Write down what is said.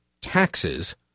taxes